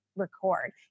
record